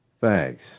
Thanks